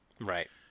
Right